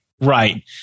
Right